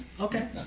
Okay